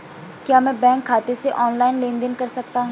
क्या मैं बैंक खाते से ऑनलाइन लेनदेन कर सकता हूं?